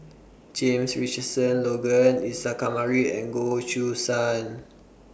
James Richardson Logan Isa Kamari and Goh Choo San